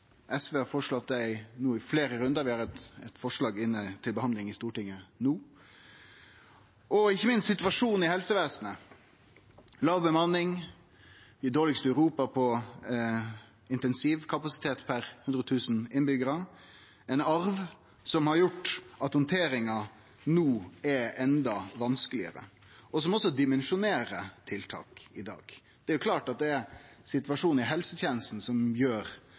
SV har føreslått det no i fleire rundar, vi har eit forslag inne til behandling i Stortinget no. Og ikkje minst er situasjonen i helsevesenet – låg bemanning, dei dårlegaste i Europa på intensivkapasitet per 100 000 innbyggjarar – ein arv som har gjort at handteringa no er enda vanskelegare, og som også dimensjonerer tiltak i dag. Det er jo klart at det er situasjonen i helsetenesta som gjer